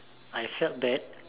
I felt bad